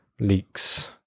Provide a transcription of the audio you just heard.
leaks